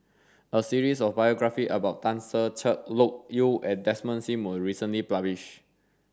a series of biographies about Tan Ser Cher Loke Yew and Desmond Sim was recently published